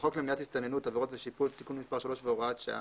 בחוק למניעת הסתננות (עבירות ושיפוט) (תיקון מס' 3 והוראת שעה),